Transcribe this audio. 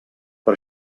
per